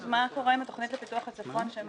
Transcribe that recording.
מהתוכנית הזאת שעברה